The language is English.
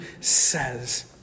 says